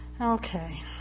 okay